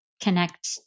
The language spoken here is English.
connect